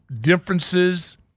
differences